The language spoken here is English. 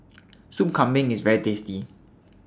Soup Kambing IS very tasty